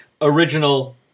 original